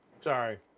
Sorry